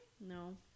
No